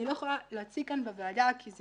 אני לא יכולה להציג כאן בוועדה כי זה